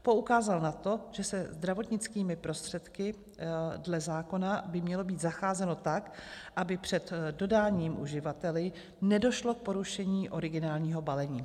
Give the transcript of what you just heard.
Poukázal na to, že se zdravotnickými prostředky dle zákona by mělo být zacházeno tak, aby před dodáním uživateli nedošlo k porušení originálního balení.